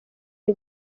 ari